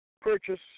purchase